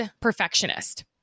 perfectionist